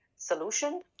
solution